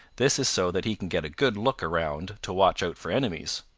this is so that he can get a good look around to watch out for enemies.